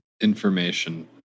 information